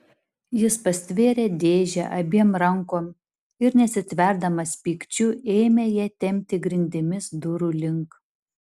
jis pastvėrė dėžę abiem rankom ir nesitverdamas pykčiu ėmė ją tempti grindimis durų link